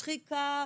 שחיקה.